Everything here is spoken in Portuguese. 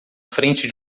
frente